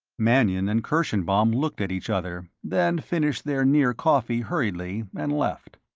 mannion and kirschenbaum looked at each other, then finished their near-coffee hurriedly and left.